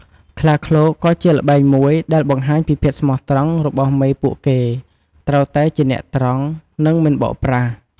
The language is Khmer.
ខ្លាឃ្លោកក៏ជាល្បែងមួយដែលបង្ហាញពីភាពស្មោះត្រង់របស់មេពួកគេត្រូវតែជាអ្នកត្រង់ និងមិនបោកប្រាស់។